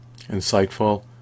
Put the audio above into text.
insightful